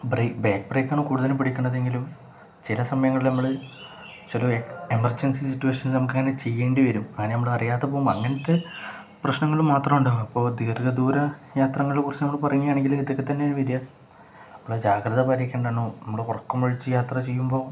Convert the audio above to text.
bake ബ്രേക്കാണ് കൂടുതലും പിടിക്കുന്നതെങ്കിലും ചില സമയങ്ങളില് നമ്മള് ചില എമർജൻസി സിറ്റുവേഷനില് നമുക്കങ്ങനെ ചെയ്യേണ്ടി വരും അങ്ങനെ നമ്മള് അറിയാത്ത പോകും അങ്ങനത്തെ പ്രശ്നങ്ങള് മാത്രം ഉണ്ടാവും അപ്പോള് ദീർഘദൂര യാത്രകളെക്കുറിച്ചു നമ്മള് പറയുകയാണെങ്കില് ഇതൊക്കെത്തന്നെയാണു വരിക നമ്മള് ജാഗ്രത പാലി ണോ നമ്മള് ഉറക്കമൊഴിച്ചു യാത്ര ചെയ്യുമ്പോള്